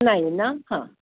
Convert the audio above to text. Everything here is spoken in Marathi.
नाही ना हां